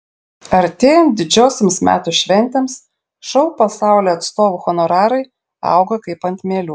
artėjant didžiosioms metų šventėms šou pasaulio atstovų honorarai auga kaip ant mielių